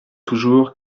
toujours